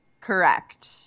correct